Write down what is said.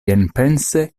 enpense